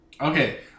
Okay